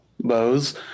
bows